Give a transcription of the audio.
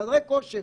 חדרי כושר.